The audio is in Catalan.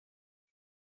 seva